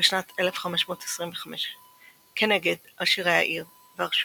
בשנת 1525 כנגד עשירי העיר והרשויות.